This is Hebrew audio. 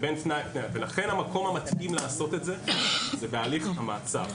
לכן המקום המתאים לעשות את זה, זה בהליך המעצר.